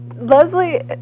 Leslie